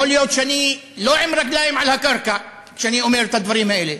יכול להיות שאני לא עם רגליים על הקרקע כשאני אומר את הדברים האלה.